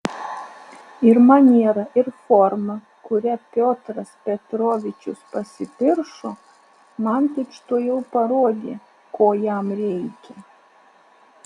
ir maniera ir forma kuria piotras petrovičius pasipiršo man tučtuojau parodė ko jam reikia